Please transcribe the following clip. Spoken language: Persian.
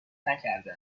نکرده